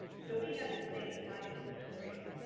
so we have the same assignments to grade.